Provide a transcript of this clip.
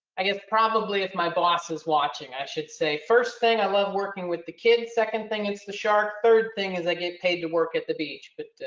i guess probably if my boss was watching i should say, first thing i love working with the kids. second thing it's the shark. third thing is i get paid to work at the beach but